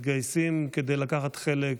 מתגייסים כדי לקחת חלק,